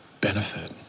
benefit